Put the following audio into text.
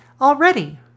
already